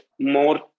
more